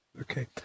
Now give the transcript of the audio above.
Okay